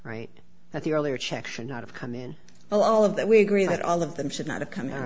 right at the earlier check should not have come in but all of that we agree that all of them should not have come out